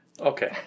Okay